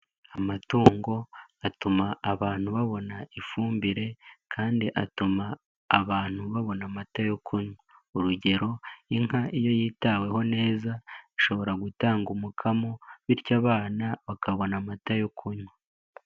Amatungo atuma abantu babona ifumbire kandi atuma abantu babona amata yo kunywa, urugero inka iyo yitaweho neza ishobora gutanga umukamo bityo abana bakabona amata yo kunywa.